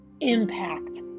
impact